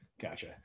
Gotcha